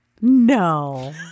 No